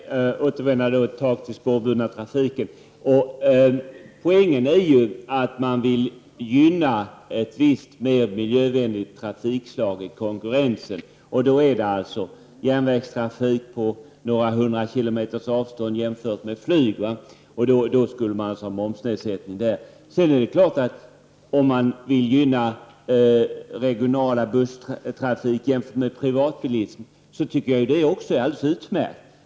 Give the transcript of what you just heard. Fru talman! Låt mig återvända till frågan om den spårburna trafiken. Poängen är att man vill gynna ett visst, mer miljövänligt trafikslag i konkurrensen, och därmed kan avses järnvägstrafik på sträckor upp till några hundra kilometer, jämfört med flyg. Där skulle en momsnedsättning komma i fråga. Om man sedan vill gynna regional busstrafik jämfört med privatbilism är det också alldeles utmärkt.